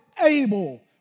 able